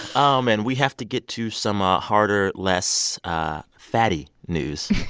um and we have to get to some ah harder, less fatty news.